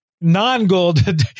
non-gold